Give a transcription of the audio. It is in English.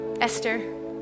Esther